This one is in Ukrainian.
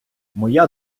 моя